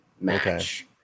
match